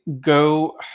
Go